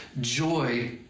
joy